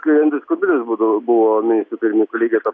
kai andrius kubilius būdavo buvo ministru pirmininku lygiai ta